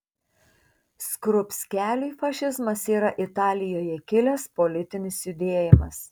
skrupskeliui fašizmas yra italijoje kilęs politinis judėjimas